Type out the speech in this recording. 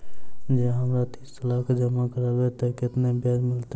जँ हम तीस लाख जमा करबै तऽ केतना ब्याज मिलतै?